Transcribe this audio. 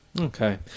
Okay